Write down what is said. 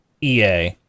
EA